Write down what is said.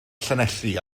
llanelli